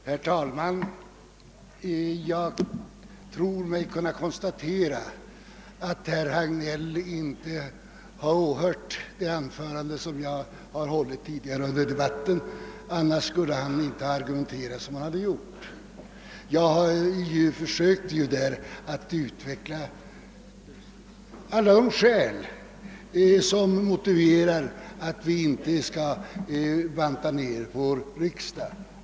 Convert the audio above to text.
Herr talman! Jag tror mig kunna konstatera att herr Hagnell inte har åhört det anförande jag hållit tidigare under debatten. Hade så varit fallet skulle han inte ha argumenterat som han nu gjorde. Jag försökte utveckla en mängd motiv för att vi inte skall banta ned vår riksdag.